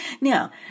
Now